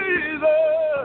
Jesus